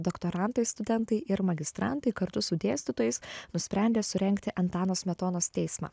doktorantai studentai ir magistrantai kartu su dėstytojais nusprendė surengti antano smetonos teismą